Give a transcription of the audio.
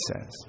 says